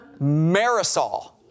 Marisol